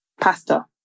Pasta